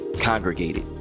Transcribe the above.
congregated